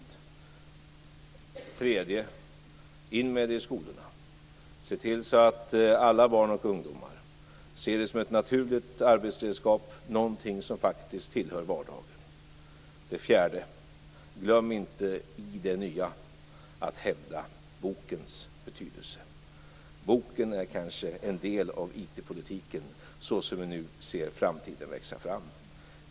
För det tredje: In med det i skolorna och se till att alla barn och ungdomar ser det som ett naturligt arbetsredskap - någonting som faktiskt tillhör vardagen. För det fjärde: Glöm inte i det nya att hävda bokens betydelse. Boken är kanske en del av IT politiken såsom vi nu ser framtiden växa fram.